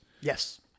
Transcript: Yes